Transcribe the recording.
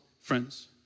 friends